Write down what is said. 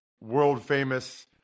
world-famous